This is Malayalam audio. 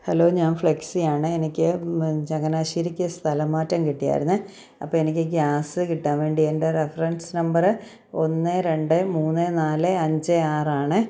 ഹലോ ഞാൻ ഫ്ലെക്സിയാണ് എനിക്ക് ചങ്ങനാശ്ശേരിക്ക് സ്ഥലംമാറ്റം കിട്ടിയായിരുന്നെ അപ്പോൾ എനിക്ക് ഗ്യാസ് കിട്ടാൻ വേണ്ടി എൻ്റെ റെഫറൻസ് നമ്പർ ഒന്ന് രണ്ട് മൂന്ന് നാല് അഞ്ച് ആറാണെ